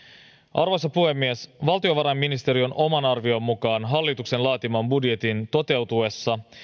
arvoisa puhemies valtiovarainministeriön oman arvion mukaan hallituksen laatiman budjetin toteutuessa